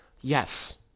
Yes